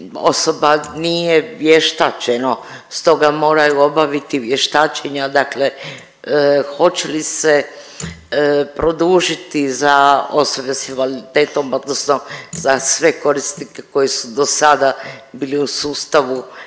osoba nije vještačeno, stoga moraju obaviti vještačenja, dakle hoće li se produžiti za osobe s invaliditetom, odnosno za sve korisnike koji su do sada bili u sustavu